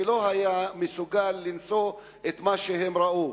שלא היה מסוגל לשאת את מה שהם ראו.